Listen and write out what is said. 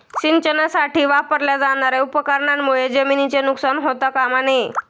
सिंचनासाठी वापरल्या जाणार्या उपकरणांमुळे जमिनीचे नुकसान होता कामा नये